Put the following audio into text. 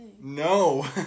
No